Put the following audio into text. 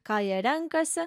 ką jie renkasi